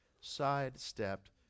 sidestepped